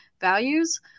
values